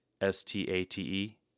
S-T-A-T-E